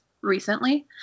recently